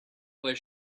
was